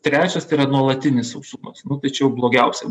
trečias tai yra nuolatinis sausumas nu tai čia jau blogiausia